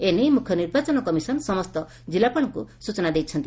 ଏନେଇ ମୁଖ୍ୟ ନିର୍ବାଚନ କମିଶନ୍ ସମସ୍ତ ଜିଲ୍ଲାପାଳଙ୍କୁ ସୂଚନା ଦେଇଛନ୍ତି